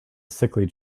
sickly